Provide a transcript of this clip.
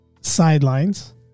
sidelines